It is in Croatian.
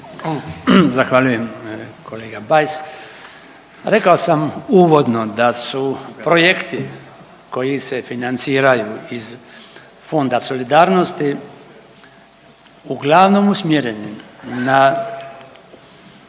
Zahvaljujem kolega Bajs. Rekao sam uvodno da su projekti koji se financiraju iz Fonda solidarnosti uglavnom usmjereni na